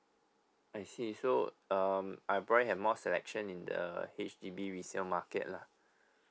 I see so um I probably have more selection in the H_D_B resale market lah